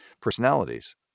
personalities